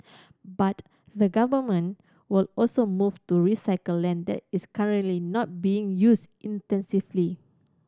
but the Government will also move to recycle land the it's currently not being used intensely